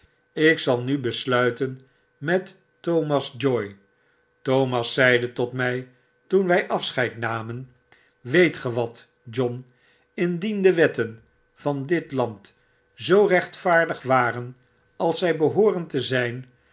ik zal nu besluiten met thomas joy thomas zeide tot mij toenwijafscheidnamen weet ge wat john indien de wetten van dit land zoo rechtvaardig waren als zij behoorden te zijn